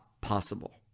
possible